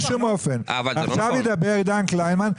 עכשיו ידבר עידן קלימן.